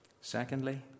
Secondly